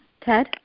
Ted